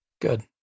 Good